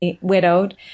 widowed